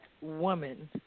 woman